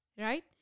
right